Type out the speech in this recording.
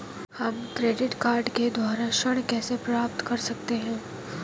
हम credit card के द्वारा ऋण कैसे प्राप्त कर सकते हैं?